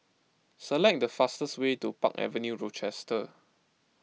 select the fastest way to Park Avenue Rochester